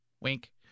wink